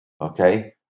okay